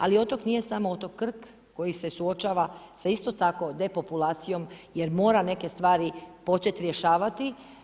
Ali otok nije samo otok Krk koji se suočava sa isto tako depopulacijom jer mora neke stvari početi rješavati.